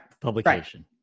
publication